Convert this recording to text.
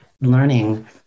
learning